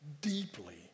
deeply